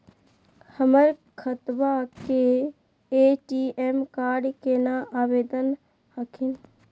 हमर खतवा के ए.टी.एम कार्ड केना आवेदन हखिन?